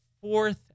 fourth